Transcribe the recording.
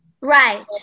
Right